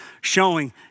showing